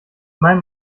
meinem